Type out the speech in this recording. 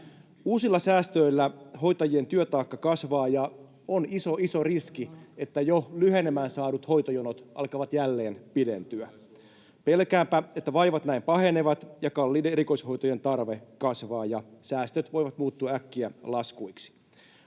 Uusilla säästöillä hoitajien työtaakka kasvaa, ja on iso, iso riski, että jo lyhenemään saadut hoitojonot alkavat jälleen pidentyä. Pelkäänpä, että vaivat näin pahenevat, kalliiden erikoishoitojen tarve kasvaa ja säästöt voivat muuttua äkkiä laskuiksi.